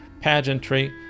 pageantry